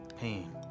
pain